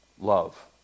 Love